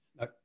no